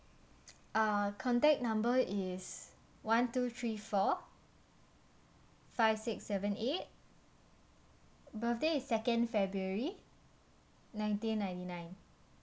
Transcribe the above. uh contact number is one two three four five six seven eight birthday is second february nineteen ninety nine